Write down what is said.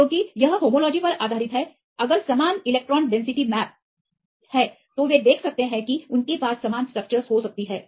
क्योंकि यह होमोलॉजी पर आधारित है अगर समान इलेक्ट्रॉन घनत्व नक्शे हैं तो वे देख सकते हैं कि उनके पास समान स्ट्रक्चर्स हो सकती हैं